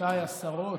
חברותיי השרות,